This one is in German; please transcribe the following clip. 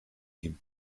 ihm